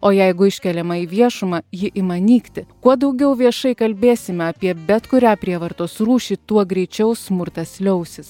o jeigu iškeliama į viešumą ji ima nykti kuo daugiau viešai kalbėsime apie bet kurią prievartos rūšį tuo greičiau smurtas liausis